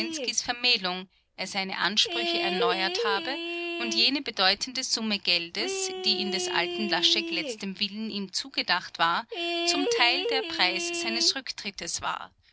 vermählung er seine ansprüche erneuert habe und jene bedeutende summe geldes die in des alten laschek letztem willen ihm zugedacht war zum teil der preis seines rücktrittes war